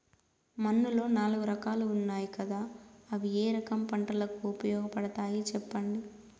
మన్నులో నాలుగు రకాలు ఉన్నాయి కదా అవి ఏ రకం పంటలకు ఉపయోగపడతాయి చెప్పండి?